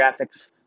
Graphics